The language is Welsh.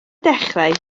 dechrau